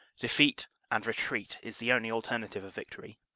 defeat and retreat is the only alternative of victory.